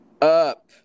up